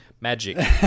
magic